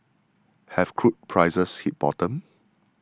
have crude prices hit bottom